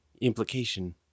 Implication